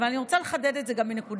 אבל אני רוצה לחדד את זה גם מנקודת